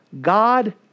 God